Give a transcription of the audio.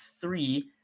three